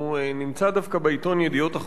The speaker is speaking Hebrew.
נמצא דווקא בעיתון "ידיעות אחרונות".